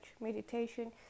meditation